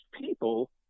people